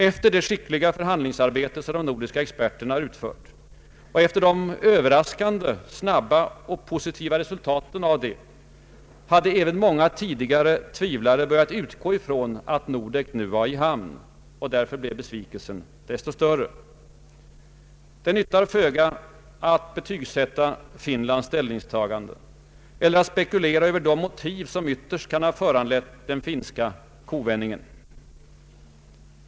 Efter det skickliga förhandlingsarbete som de nordiska experterna utfört och efter det för många överraskande snabba och positiva resultatet härav, hade även många tidigare tvivlare börjat utgå ifrån att Nordek nu var i hamn. Därför blev besvikelsen desto större. Det nyttar föga att betygsätta Finlands ställningstagande eller att spekulera över de motiv som ytterst kan ha föranlett den finska ”kovändningen”.